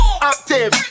Active